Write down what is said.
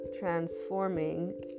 transforming